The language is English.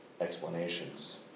explanations